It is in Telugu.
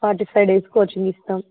ఫార్టీ ఫైవ్ డేస్ కోచింగ్ ఇస్తాం